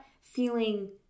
feeling